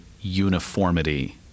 uniformity